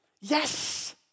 Yes